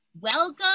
welcome